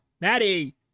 Maddie